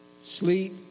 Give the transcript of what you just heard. sleep